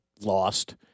lost